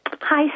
Hi